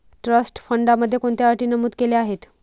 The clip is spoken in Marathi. ट्रस्ट फंडामध्ये कोणत्या अटी नमूद केल्या आहेत?